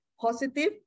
positive